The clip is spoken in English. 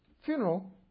funeral